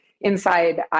inside